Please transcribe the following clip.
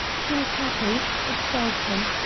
he was happy, exultant,